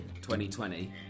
2020